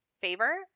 favor